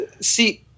see